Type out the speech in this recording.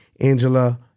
Angela